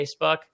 Facebook